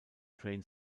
train